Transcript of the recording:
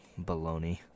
baloney